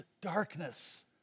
darkness